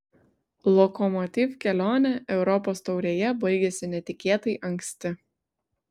lokomotiv kelionė europos taurėje baigėsi netikėtai anksti